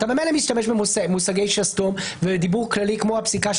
אתה ממילא משתמש במושגי שסתום ודיבור כללי כמו הפסיקה,